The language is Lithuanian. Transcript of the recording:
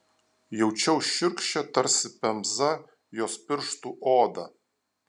jaučiau šiurkščią tarsi pemza jos pirštų odą